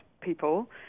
people